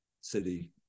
city